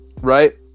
right